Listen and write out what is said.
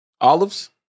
olives